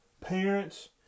parents